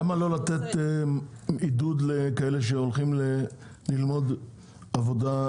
למה לא לתת עידוד לכאלה שהולכים ללמוד מקצועות